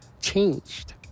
changed